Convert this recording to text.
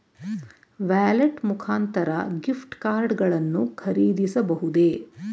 Wallet ಮುಖಾಂತರ gift card ಗಳನ್ನು ಖರೀದಿಸಬಹುದೇ?